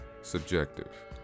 subjective